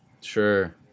sure